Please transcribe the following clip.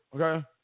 okay